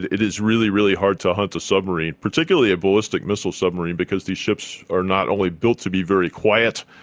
it is really, really hard to hunt a submarine, particularly a ballistic missile submarine because these ships are not only built to be very quiet,